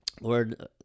Lord